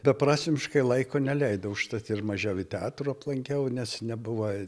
beprasmiškai laiko neleidau užtat ir mažiau ir teatro aplankiau nes nebuvo